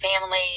family